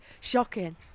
shocking